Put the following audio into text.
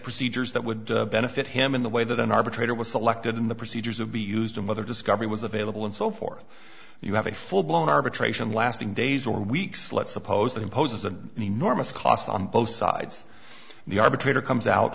procedures that would benefit him in the way that an arbitrator was selected in the procedures of be used to mother discovery was available and so forth you have a full blown arbitration lasting days or weeks let's suppose that imposes an enormous cost on both sides the arbitrator comes out